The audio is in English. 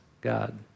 God